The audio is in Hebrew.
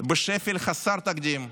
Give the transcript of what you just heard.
בשפל חסר תקדים,